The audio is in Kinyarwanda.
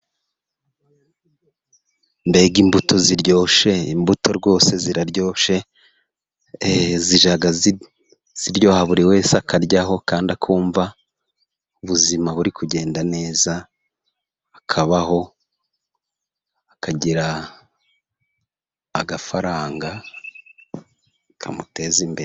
Mbega imbuto ziryoshye! Imbuto rwose ziraryoshye, zijya ziryoha, buri wese akaryaho, kandi akumva ubuzima buri kugenda neza, akabaho akagira agafaranga kamuteza imbere.